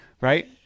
right